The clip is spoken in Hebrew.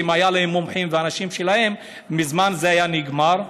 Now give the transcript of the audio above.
אם היו להם מומחים ואנשים שלהם, מזמן זה היה נגמר.